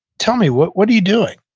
tell me, what what are you doing?